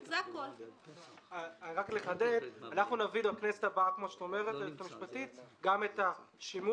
רק לחדד, אנחנו נביא לכנסת הבאה גם את השימוש